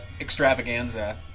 extravaganza